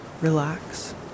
relax